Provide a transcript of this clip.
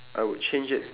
I would change it